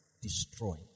destroy